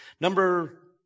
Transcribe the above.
Number